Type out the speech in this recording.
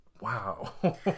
Wow